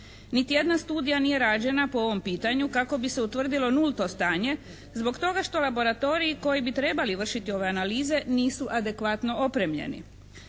Niti jedna studija nije rađena po ovom pitanju kako bi se utvrdilo nulto stanje zbog toga što laboratoriji koji bi trebali vršiti ove analize nisu adekvatno opremljeni.